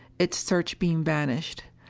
its searchbeam vanished.